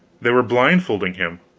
they were blindfolding him!